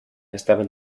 estaban